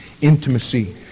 intimacy